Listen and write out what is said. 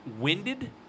winded